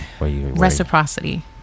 Reciprocity